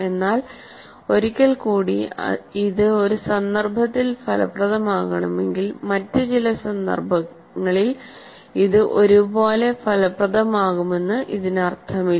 എന്നാൽ ഒരിക്കൽ കൂടി ഇത് ഒരു സന്ദർഭത്തിൽ ഫലപ്രദമാണെങ്കിൽ മറ്റ് ചില സന്ദർഭങ്ങളിൽ ഇത് ഒരുപോലെ ഫലപ്രദമാകുമെന്ന് ഇതിനർത്ഥമില്ല